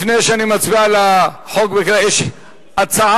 לפני שאני מצביע על החוק בקריאה, יש הצעה.